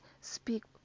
speak